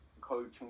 coaching